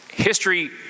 History